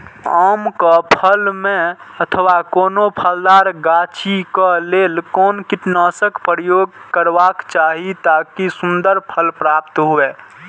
आम क फल में अथवा कोनो फलदार गाछि क लेल कोन कीटनाशक प्रयोग करबाक चाही ताकि सुन्दर फल प्राप्त हुऐ?